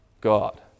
God